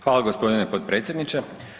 Hvala gospodine potpredsjedniče.